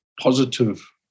positive